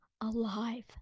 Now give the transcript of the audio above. alive